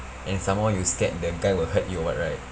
and some more you scared the guy will hurt you or what right